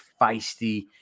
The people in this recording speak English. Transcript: feisty